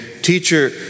Teacher